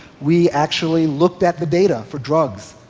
we actually looked at the data for drugs,